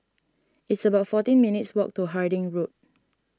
it's about fourteen minutes' walk to Harding Road